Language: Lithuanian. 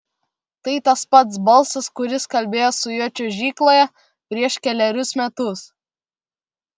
tai tas pats balsas kuris kalbėjo su juo čiuožykloje prieš kelerius metus